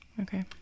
Okay